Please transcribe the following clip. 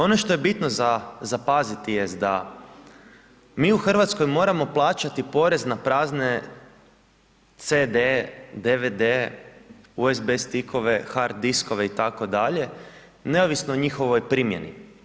Ono što je bitno za zapaziti jest da mi u Hrvatskoj moramo plaćati porez na prazne CD-e, DVD-e, USB stikove, hard diskove itd., neovisno o njihovoj primjeni.